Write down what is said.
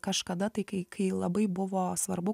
kažkada tai kai kai labai buvo svarbu